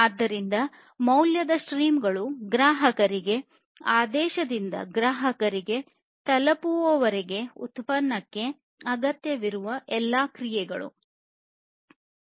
ಆದ್ದರಿಂದ ಮೌಲ್ಯದ ಸ್ಟ್ರೀಮ್ ಗಳು ಗ್ರಾಹಕರಿಂದ ಆದೇಶದಿಂದ ಗ್ರಾಹಕರಿಗೆ ತಲುಪಿಸುವವರೆಗೆ ಉತ್ಪನ್ನಕ್ಕೆ ಅಗತ್ಯವಿರುವ ಎಲ್ಲಾ ಕ್ರಿಯೆಗಳು ಆಗಿದೆ